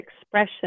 expression